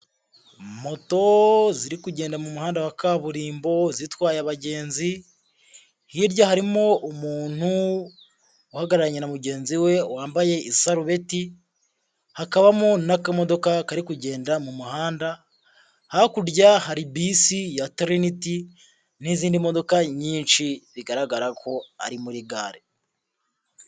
Moto ziri kugenda mu muhanda wa kaburimbo zitwaye abagenzi, hirya harimo umuntu uhagararanye na mugenzi we wambaye isarubeti, hakabamo n'akamodoka kari kugenda mu muhanda, hakurya hari bisi ya trinitiy n'izindi modoka nyinshi, bigaragara ko ari muri gare.